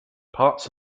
parts